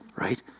right